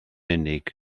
unig